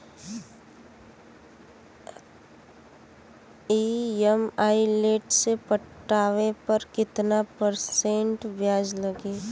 EMI late से पटावे पर कितना परसेंट ब्याज लगी?